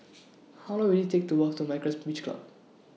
How Long Will IT Take to Walk to Myra's Beach Club